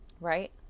Right